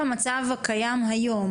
אנחנו מבינים שיש במצב הקיים היום